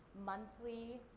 monthly